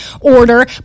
order